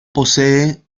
posee